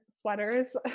sweaters